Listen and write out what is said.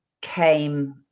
came